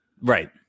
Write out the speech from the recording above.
Right